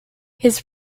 his